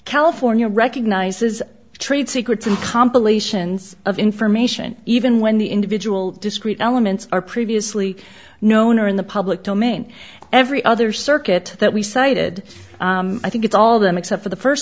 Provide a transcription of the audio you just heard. california recognizes trade secrets and compilations of information even when the individual discrete elements are previously known or in the public domain every other circuit that we cited i think it's all of them except for the first